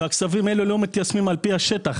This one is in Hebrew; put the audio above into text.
והכספים האלה לא מיושמים על פי השטח.